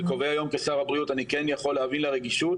היום כשר הבריאות אני כן יכול להבין לרגישות,